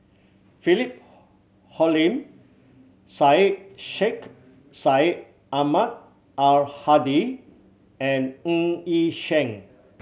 Philip Hoalim Syed Sheikh Syed Ahmad Al Hadi and Ng Yi Sheng